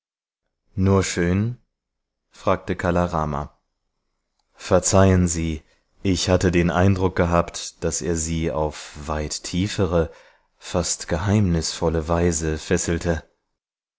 nur schön fragte kala rama verzeihen sie ich hatte den eindruck gehabt daß er sie auf weit tiefere fast geheimnisvolle weise fesselte